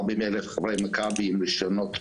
40 אלף חברי מכבי עם רשיונות פעילים,